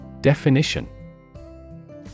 Definition